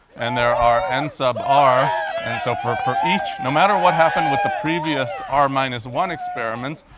and there are n sub r and so for for each no matter what happened with the previous r minus one experiments,